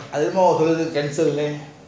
அது என்னமோ சொல்லுது:athu ennamo soluthu cancer leh